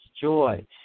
joy